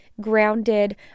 grounded